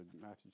Matthew